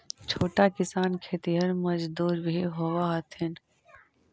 छोटा किसान खेतिहर मजदूर भी होवऽ हथिन